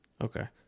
Okay